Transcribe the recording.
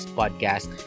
podcast